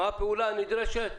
מה הפעולה הנדרשת?